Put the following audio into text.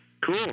cool